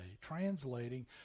translating